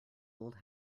old